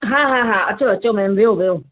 हा हा हा अचो अचो मेम वियो वियो